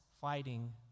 fighting